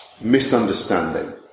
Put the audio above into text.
misunderstanding